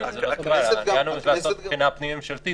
העניין הוא לעשות בחינה פנים-ממשלתית